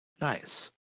nice